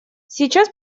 сейчас